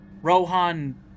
Rohan